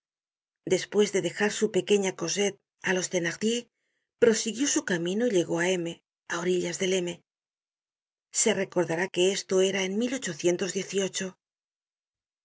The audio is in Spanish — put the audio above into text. despues de dejar su pequeña cosette á los thenardier prosiguió su camino y llegó á m á orillas del m se recordará que esto era en